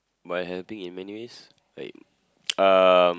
my helping in many ways like um